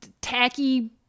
tacky